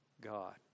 God